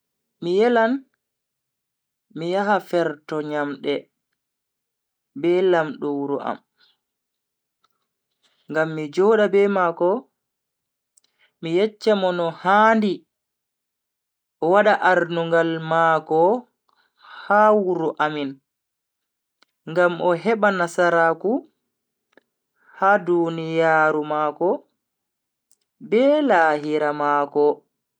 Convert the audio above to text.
Mi yelan mi yaha ferto nyamde be lamdo wuro am ngam mi joda be mako mi yeccha mo no handi o wada ardungal mako ha wuro amin ngam o heba nasaraku ha duniyaaru mako be lahira mako.